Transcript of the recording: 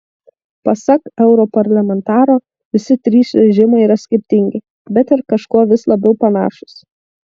pasak europarlamentaro visi trys režimai yra skirtingi bet ir kažkuo vis labiau panašūs